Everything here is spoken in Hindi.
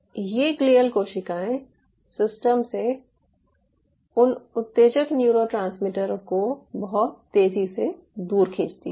तो ये ग्लियल कोशिकाएं सिस्टम से उन उत्तेजक न्यूरोट्रांसमीटरों को बहुत तेजी से दूर खींचती हैं